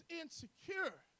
insecure